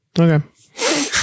Okay